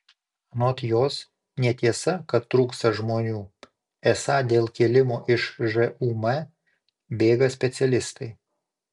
anot jos netiesa kad trūksta žmonių esą dėl kėlimo iš žūm bėga specialistai